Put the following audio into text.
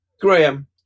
Graham